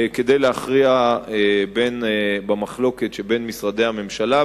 כדי להכריע במחלוקת שבין משרדי הממשלה.